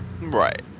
Right